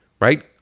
right